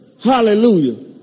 Hallelujah